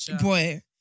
Boy